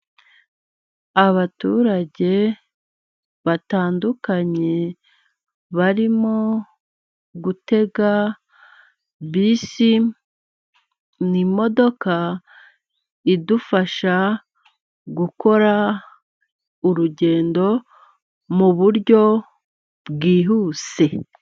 Abaturage batandukanye barimo gutega bisi, ni imodoka idufasha gukora urugendo mu buryo bwihuse.